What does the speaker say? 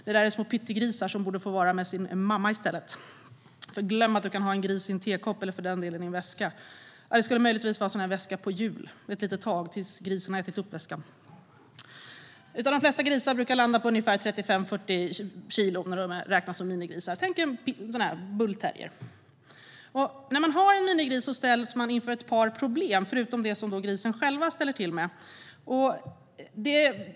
Det är små pyttegrisar som borde få vara med sin mamma i stället. Glöm att du kan ha en gris i en tekopp eller i en väska för den delen! Det skulle möjligtvis vara en väska på hjul, ett litet tag, tills grisen har ätit upp väskan. De flesta minigrisar brukar landa på 35-40 kilo när de räknas som minigrisar. Tänk er en bullterrier! När man har en minigris ställs man inför ett par problem, förutom dem som grisen själv ställer till med.